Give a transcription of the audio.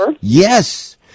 yes